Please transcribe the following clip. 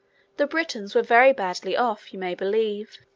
the britons were very badly off, you may believe.